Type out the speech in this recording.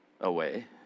away